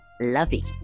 lovey